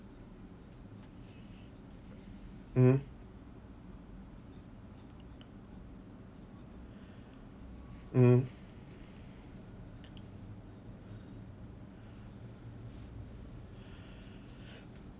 mmhmm mm